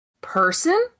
Person